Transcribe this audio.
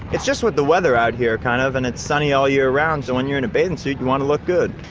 it's just with the weather out here kind of, and it's sunny all year round, so when you're in a bathing suit, you want to look good.